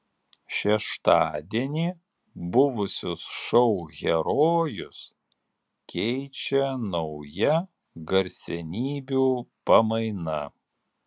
šeštadienį buvusius šou herojus keičia nauja garsenybių pamaina